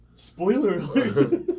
spoiler